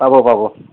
পাব পাব